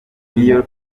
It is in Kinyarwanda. york